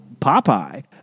Popeye